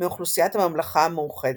מאוכלוסיית הממלכה המאוחדת.